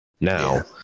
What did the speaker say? Now